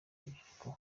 urubyiruko